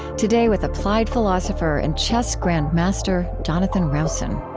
today with applied philosopher and chess grandmaster, jonathan rowson